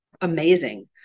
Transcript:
amazing